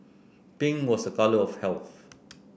pink was a colour of health